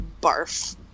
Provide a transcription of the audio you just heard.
barf